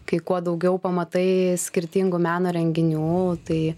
kai kuo daugiau pamatai skirtingų meno renginių tai